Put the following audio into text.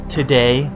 Today